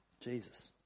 Jesus